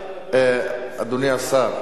אדוני השר.